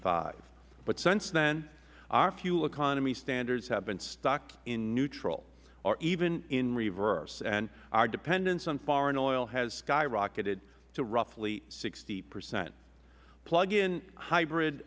five but since then our fuel economy standards have been stuck in neutral or even in reverse and our dependence on foreign oil has skyrocketed to roughly sixty percent plug in hybrid